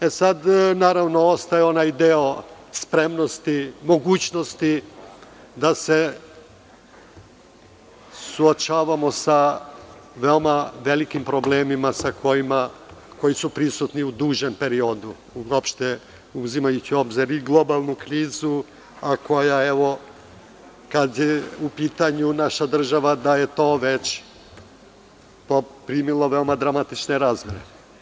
E, sada, naravno ostaje onaj deo spremnosti, mogućnosti da se suočavamo sa veoma velikim problemima koji su prisutni u dužem periodu, uopšte uzimajući u obzir i globalnu krizu, a koja, evo, kada je u pitanju naša država da je to već poprimilo dramatične razmere.